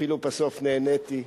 בסוף אפילו נהניתי.